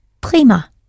Prima